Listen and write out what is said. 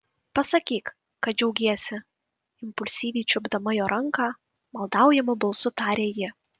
pasakyk kad džiaugiesi impulsyviai čiupdama jo ranką maldaujamu balsu tarė ji